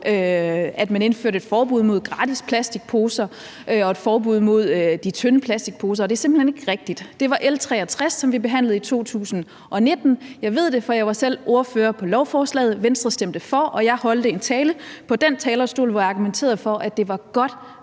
at man indførte et forbud mod gratis plastikposer og et forbud mod de tynde plastikposer, og det er simpelt hen ikke rigtigt. Det var L 63, som vi behandlede i 2019. Jeg ved det, for jeg var selv ordfører på lovforslaget. Venstre stemte for det, og jeg holdt en tale på talerstolen, hvor jeg argumenterede for, at det var godt